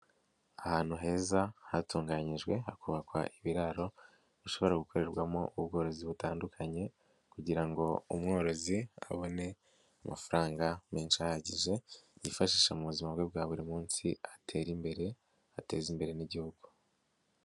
Ahantu heza hatunganyijwe hakubakwa ibiraro bishobora gukorerwamo ubworozi butandukanye kugira ngo umworozi abone amafaranga menshi ahagije, yifashisha mu buzima bwe bwa buri munsi, atere imbere, ateze imbere n'igihugu.